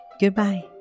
goodbye